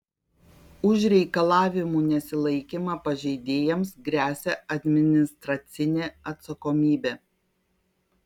už reikalavimų nesilaikymą pažeidėjams gresia administracinė atsakomybė